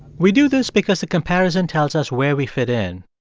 we do this because the comparison tells us where we fit in,